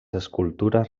escultures